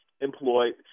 employed